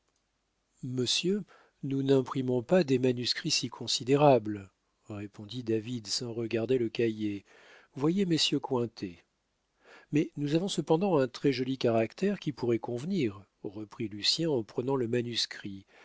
monsieur nous n'imprimons pas des manuscrits si considérables répondit david sans regarder le cahier voyez messieurs cointet mais nous avons cependant un très-joli caractère qui pourrait convenir reprit lucien en prenant le manuscrit